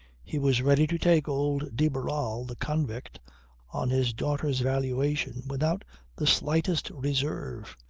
he was ready to take old de barral the convict on his daughter's valuation without the slightest reserve.